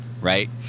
right